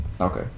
Okay